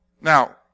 Now